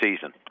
season